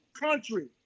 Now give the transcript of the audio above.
country